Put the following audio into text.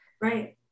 Right